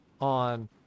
on